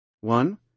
One